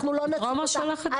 אנחנו לא נציל אותה.